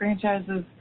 franchises